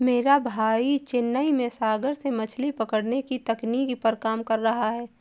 मेरा भाई चेन्नई में सागर से मछली पकड़ने की तकनीक पर काम कर रहा है